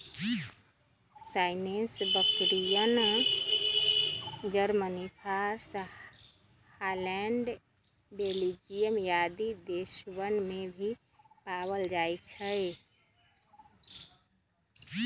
सानेंइ बकरियन, Germany, France, Holland, Belgium आदि देशवन में भी पावल जाहई